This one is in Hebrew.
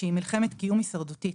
שהיא מלחמת קיום הישרדותית.